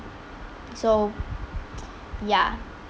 so ya